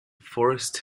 forest